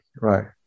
right